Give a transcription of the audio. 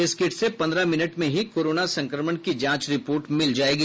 इस किट से पन्द्रह मिनट में ही कोरोना संक्रमण की जांच रिपोर्ट मिल जायेगी